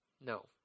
No